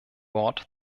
wort